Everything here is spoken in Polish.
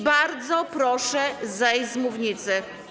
Bardzo proszę zejść z mównicy.